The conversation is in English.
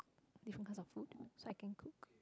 different kinds of food so I can cook